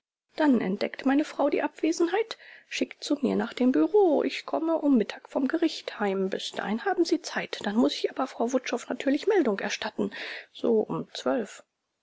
dann entdeckt meine frau die abwesenheit schickt zu mir nach dem büro ich komme um mittag vom gericht heim bis dahin haben sie zeit dann muß ich aber frau wutschow natürlich meldung erstatten so um zwölf